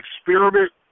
experiment